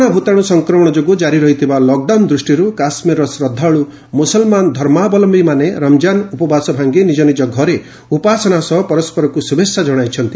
corona ଭୂତାଣୁ ସଂକ୍ରମଣ ଯୋଗୁଁ କାରି ରହିଥିବା ଲକ୍ଡାଉନ୍ ଦୃଷ୍ଟିରୁ କାଶ୍ମୀର୍ର ଶ୍ରଦ୍ଧାଳୁ ମୁସଲ୍ମାନ ଧର୍ମାବଲମ୍ଭୀମାନେ ରମ୍ଜାନ୍ ଉପବାସ ଭାଙ୍ଗି ନିଜ ନିଜ ଘରେ ଉପାସନା ସହ ପରସ୍କରକୁ ଶୁଭେଚ୍ଛା ଜଣାଇଛନ୍ତି